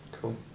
Cool